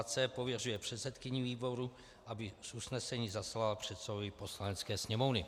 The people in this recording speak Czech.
c) pověřuje předsedkyni výboru, aby usnesení zaslala předsedovi Poslanecké sněmovny.